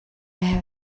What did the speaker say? have